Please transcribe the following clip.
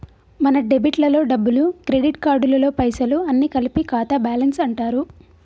మన డెబిట్ లలో డబ్బులు క్రెడిట్ కార్డులలో పైసలు అన్ని కలిపి ఖాతా బ్యాలెన్స్ అంటారు